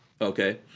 Okay